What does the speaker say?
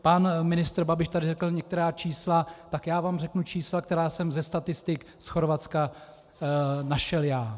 Pan ministr Babiš tady řekl některá čísla, tak já vám řeknu čísla, která jsem ze statistik z Chorvatska našel já.